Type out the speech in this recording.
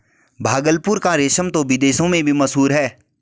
भागलपुर का रेशम तो विदेशों में भी मशहूर है